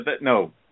No